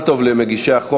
בעד, 22, נגד, 3, אין נמנעים.